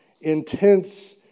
intense